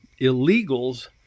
illegals